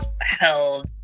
held